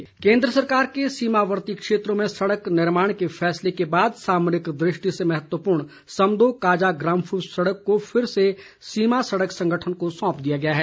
समदो ग्राम्फू सड़क केन्द्र सरकार के सीमावर्ती क्षेत्रों में सड़क निर्माण के फैसले के बाद सामरिक दृष्टि से महत्वपूर्ण समदो काजा ग्राम्फू सड़क को फिर से सीमा सड़क संगठन को सौंप दिया गया है